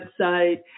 website